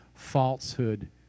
falsehood